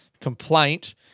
complaint